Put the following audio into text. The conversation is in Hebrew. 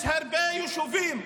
יש הרבה יישובים,